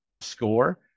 score